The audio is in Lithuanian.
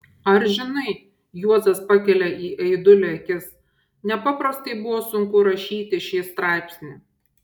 ar žinai juozas pakelia į aidulį akis nepaprastai buvo sunku rašyti šį straipsnį